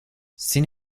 sin